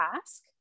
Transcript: ask